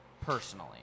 personally